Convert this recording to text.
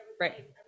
right